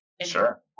Sure